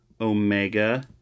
Omega